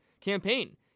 campaign